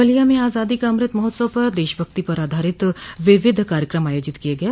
बलिया में आज़ादी का अमृत महोत्सव पर देशभक्ति पर आधारित विविध कार्यकम आयोजित किये गये